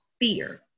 fear